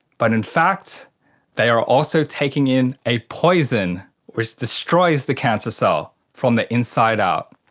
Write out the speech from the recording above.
but in fact they are also taking in a poison which destroys the cancer cell from the inside out,